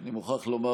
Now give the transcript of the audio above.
אני מוכרח לומר,